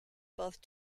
both